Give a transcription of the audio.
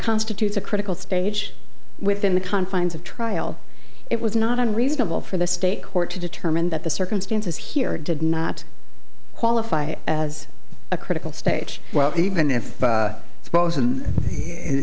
constitutes a critical stage within the confines of trial it was not unreasonable for the state court to determine that the circumstances here did not qualify as a critical stage well even if supposing